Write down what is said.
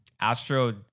Astro